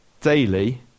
Daily